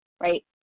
right